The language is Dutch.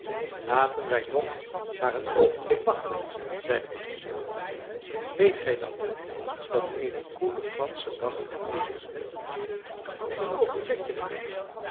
laten wij nog maar een oogenblik wachten zeide mattia weet gij dan niet dat eene koe den ganschen dag kan eten een oogenblikje maar